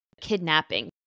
kidnapping